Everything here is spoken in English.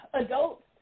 adults